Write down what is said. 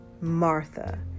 Martha